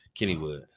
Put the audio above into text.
Kennywood